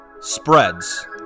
spreads